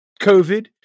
COVID